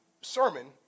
sermon